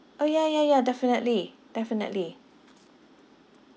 orh ya ya ya definitely definitely